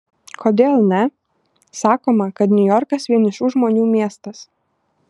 kodėl ne sakoma kad niujorkas vienišų žmonių miestas